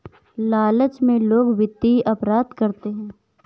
लालच में लोग वित्तीय अपराध करते हैं